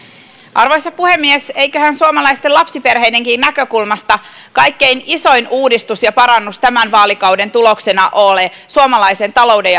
arvoisa puhemies eiköhän suomalaisten lapsiperheidenkin näkökulmasta kaikkein isoin uudistus ja parannus tämän vaalikauden tuloksena ole suomalaisen talouden